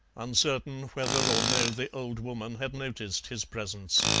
uncertain whether or no the old woman had noticed his presence.